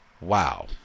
wow